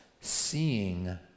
seeing